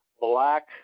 black